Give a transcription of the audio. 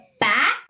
back